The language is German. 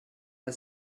der